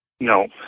No